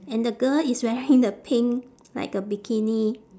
and the girl is wearing the pink like a bikini